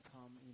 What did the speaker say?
Come